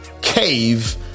cave